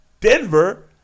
Denver